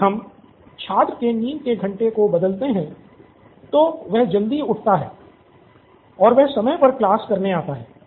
यदि हम छात्र के नींद के घंटे को बदलते हैं तो वह जल्दी उठता है और वह समय पर क्लास करने आता है